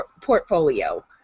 portfolio